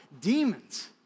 demons